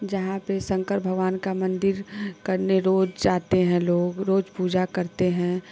जहाँ पे शंकर भगवान का मन्दिर करने रोज जाते हैं लोग रोज पूजा करते हैं